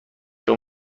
اگر